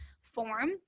form